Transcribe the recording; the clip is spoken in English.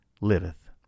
liveth